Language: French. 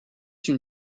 une